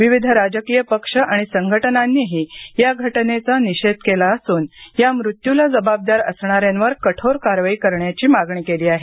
विविध राजकीय पक्ष आणि संघटनांनीही या घटनेचा निषेध केला असून या मृत्यूला जबाबदार असणाऱ्यांवर कठोर कारवाई करण्याची मागणी केली आहे